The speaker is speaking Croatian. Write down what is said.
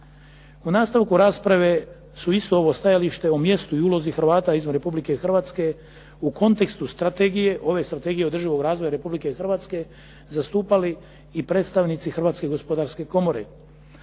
U nastavku rasprave su isto ovo stajalište o mjestu i ulozi Hrvata izvan Republike Hrvatske u kontekstu strategije, ove Strategije održivog razvoja Republike Hrvatske, zastupali i predstavnici Hrvatske gospodarske komore.